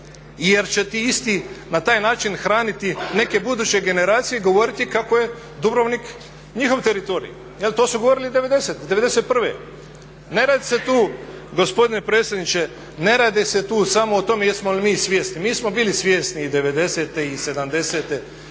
Jer će ti isti na taj način hraniti neke buduće generacije i govoriti kako je Dubrovnik njihov teritorij, jel', to su govorili '90-ih, '91. Ne radi se tu gospodine predsjedniče samo o tome jesmo li mi svjesni. Mi smo bili svjesni i '90. i '70. i 1900.